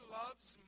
loves